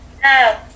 No